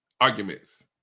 Arguments